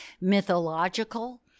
mythological